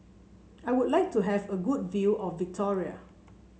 I would like to have a good view of Victoria